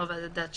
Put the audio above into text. ועדת השחרורים.